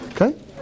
Okay